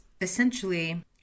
essentially